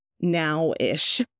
now-ish